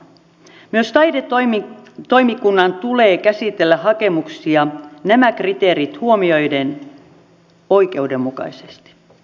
myös taidetoimikunnan tulee käsitellä hakemuksia nämä kriteerit huomioiden oikeudenmukaisesti